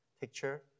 picture